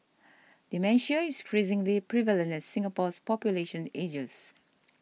dementia is increasingly prevalent as Singapore's population ages